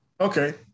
Okay